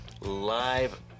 Live